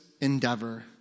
endeavor